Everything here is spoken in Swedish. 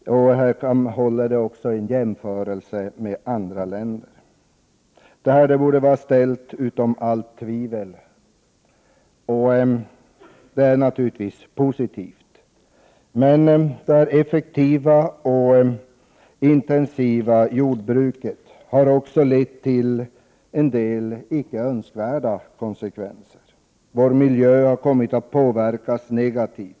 Det svenska jordbruket står sig också väl i en jämförelse med jordbruket i andra länder. Det torde vara ställt utom allt tvivel, och det är naturligtvis positivt. Att vi har ett intensivt och effektivt jordbruk har emellertid också medfört en del icke önskvärda konsekvenser. Vår miljö har kommit att påverkas negativt.